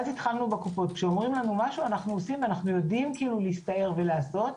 כשאומרים לנו משהו אנחנו יודעים להסתער ולעשות.